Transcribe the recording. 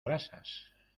grasas